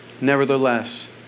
Nevertheless